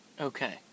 Okay